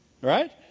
Right